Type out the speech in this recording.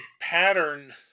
pattern